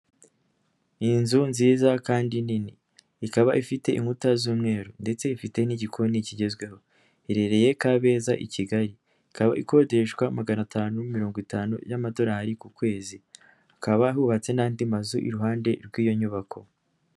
Inzu nziza kandi nini ikaba ifite inkuta z'umweru ndetse ifite n'igikoni kigezweho iherereye Kabeza i Kigali ikaba ikodeshwa magana atanu mirongo itanu y'amadorari ku kwezi, hakaba hubatse n'andi mazu iruhande rw'iyo nyubako.